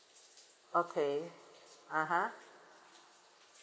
okay (uh huh)